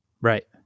Right